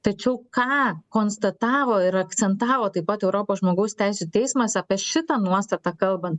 tačiau ką konstatavo ir akcentavo taip pat europos žmogaus teisių teismas apie šitą nuostatą kalbant